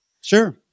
Sure